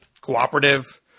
cooperative